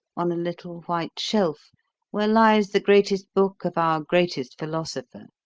on a little white shelf where lies the greatest book of our greatest philosopher.